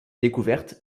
découverte